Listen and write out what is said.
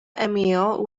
emile